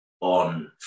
on